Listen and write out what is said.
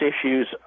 issues